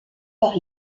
par